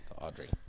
Audrey